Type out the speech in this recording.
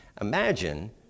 Imagine